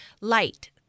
light